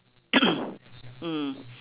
mm